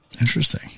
interesting